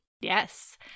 Yes